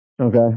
Okay